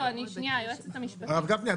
הרב גפני,